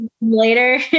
later